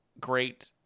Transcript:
great